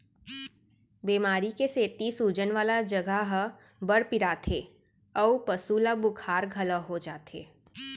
बेमारी के सेती सूजन वाला जघा ह बड़ पिराथे अउ पसु ल बुखार घलौ हो जाथे